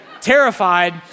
terrified